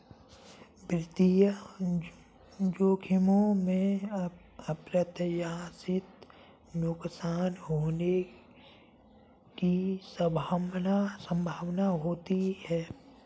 वित्तीय जोखिमों में अप्रत्याशित नुकसान होने की संभावना होती है